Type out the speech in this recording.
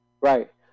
Right